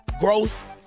Growth